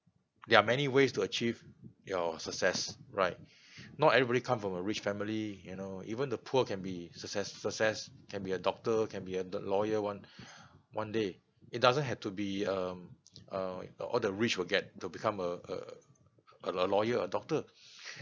there are many ways to achieve your success right not everybody come from a rich family you know even the poor can be success success can be a doctor can be a d~ lawyer one one day it doesn't have to be um uh all the rich will get to become a a a lawyer or a doctor